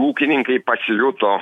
ūkininkai pasijuto